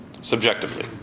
Subjectively